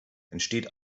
entsteht